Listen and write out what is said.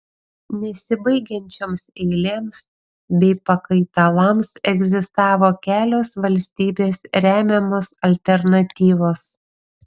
nesibaigiančioms eilėms bei pakaitalams egzistavo kelios valstybės remiamos alternatyvos